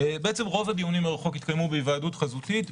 רוב הדיונים מרחוק התקיימו בהיוועדות חזותית,